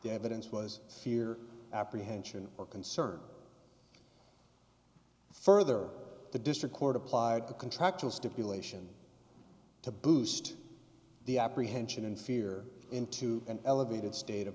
evidence was fear apprehension or concern further the district court applied the contractual stipulation to boost the apprehension and fear into an elevated state of